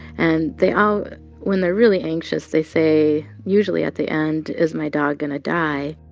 and they all when they're really anxious, they say, usually at the end, is my dog going to die?